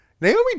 Naomi